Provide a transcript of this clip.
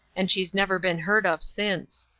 and she's never been heard of since.